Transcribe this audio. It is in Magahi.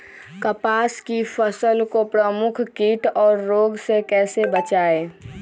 कपास की फसल को प्रमुख कीट और रोग से कैसे बचाएं?